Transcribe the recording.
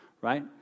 Right